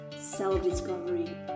self-discovery